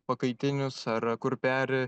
pakaitinius ar kur peri